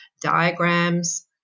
diagrams